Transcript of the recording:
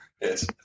Yes